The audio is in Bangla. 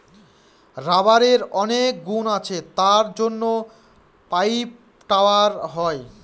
রাবারের অনেক গুণ আছে তার জন্য পাইপ, টায়ার হয়